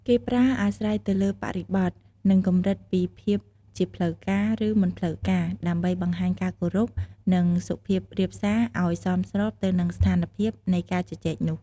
គេប្រើអាស្រ័យទៅលើបរិបទ និងកម្រិតពីភាព ជាផ្លូវការ ឬមិនផ្លូវការ ដើម្បីបង្ហាញការគោរព និងសុភាពរាបសារឱ្យសមស្របទៅនឹងស្ថានភាពនៃការជជែកនោះ។